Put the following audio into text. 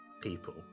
people